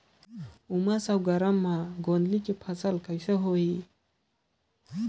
उमस अउ गरम मे गोंदली के फसल कौन होही?